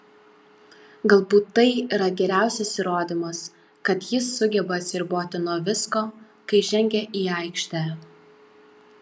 galbūt tai yra geriausias įrodymas kad jis sugeba atsiriboti nuo visko kai žengia į aikštę